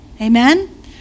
Amen